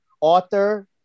author